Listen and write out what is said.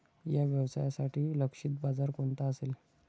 या व्यवसायासाठी लक्षित बाजार कोणता असेल?